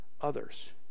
others